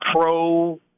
pro